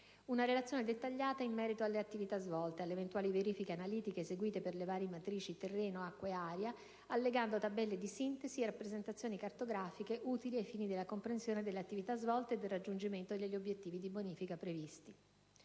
una relazione dettagliata in merito alle attività svolte, alle eventuali verifiche analitiche eseguite per le varie matrici (terreno, acqua e aria), allegando tabelle di sintesi e rappresentazioni cartografiche utili ai fini della comprensione delle attività svolte e del raggiungimento degli obiettivi di bonifica previsti;